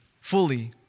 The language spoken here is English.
fully